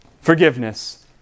forgiveness